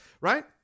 Right